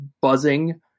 buzzing